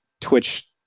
Twitch